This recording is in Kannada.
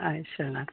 ಆಯ್ತು ಶರಣಾರ್ಥಿ